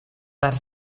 per